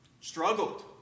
Struggled